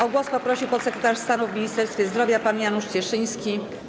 O głos poprosił podsekretarz stanu w Ministerstwie Zdrowia pan Janusz Cieszyński.